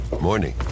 Morning